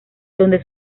donde